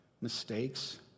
mistakes